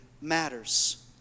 matters